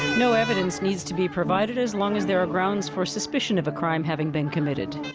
no evidence needs to be provided as long as there are grounds for suspicion of a crime having been committed.